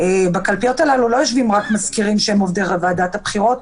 בקלפיות הללו לא יושבים רק מזכירים שהם עובדי ועדת הבחירות,